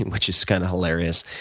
and which is kind of hilarious,